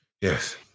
Yes